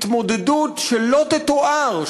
התמודדות שלא תתואר.